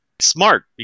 smart